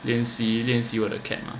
练习练习我的 cat lah